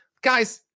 guys